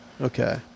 Okay